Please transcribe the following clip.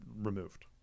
removed